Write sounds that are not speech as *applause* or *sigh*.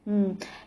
mm *noise*